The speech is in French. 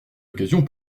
occasions